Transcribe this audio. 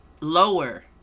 lower